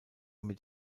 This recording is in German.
mit